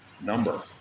number